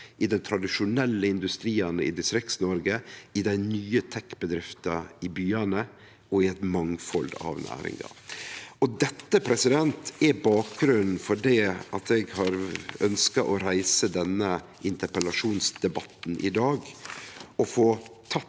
i dei tradisjonelle industriane i Distrikts-Noreg, i dei nye teknologibedriftene i byane og i eit mangfald av næringar. Dette er bakgrunnen for at eg har ønskt å reise denne interpellasjonsdebatten i dag og få tatt